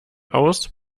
aus